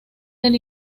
del